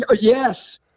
yes